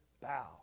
bow